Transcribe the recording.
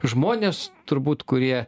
žmonės turbūt kurie